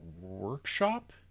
workshop